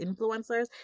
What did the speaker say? influencers